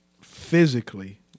physically